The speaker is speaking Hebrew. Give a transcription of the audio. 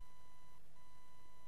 החלטת ועדת הפנים והגנת הסביבה בדבר תיקון